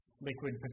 liquid